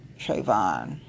Trayvon